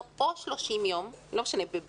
--- לא.